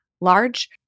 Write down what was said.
Large